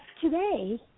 today